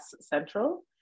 central